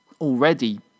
already